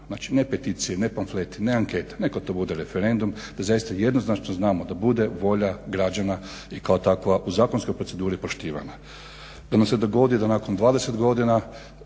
Znači ne peticije, ne pamfleti, ne ankete, neka to bude referendum da zaista jednoznačno znamo da bude volja građana i kao takva u zakonskoj proceduri poštivana. Da nam se dogodi da nakon 20 godina